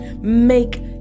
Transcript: Make